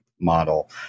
model